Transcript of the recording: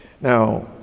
Now